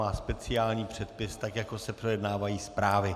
Má to speciální předpis, tak jako se projednávají zprávy.